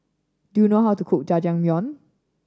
do you know how to cook Jajangmyeon